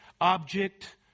object